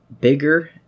bigger